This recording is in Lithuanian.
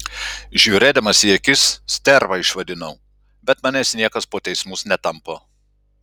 žiūrėdamas į akis sterva išvadinau bet manęs niekas po teismus netampo